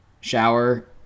shower